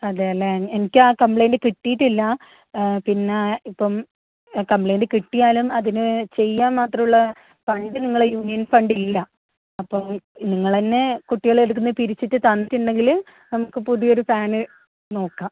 അതെയല്ലേ എനിക്ക് ആ കംപ്ലയിൻ്റ് കിട്ടിയിട്ടില്ല പിന്നെ ഇപ്പം കംപ്ലയിൻ്റ് കിട്ടിയാലും അതിന് ചെയ്യാൻ മാത്രമുള്ള ഫണ്ട് നിങ്ങളെ യൂണിയൻ ഫണ്ട് ഇല്ല അപ്പം നിങ്ങൾ തന്നെ കുട്ടികളെ അടുത്തു നിന്ന് പിരിച്ചിട്ട് തന്നിട്ടുണ്ടെങ്കിൽ നമുക്ക് പുതിയൊരു ഫാന് നോക്കാം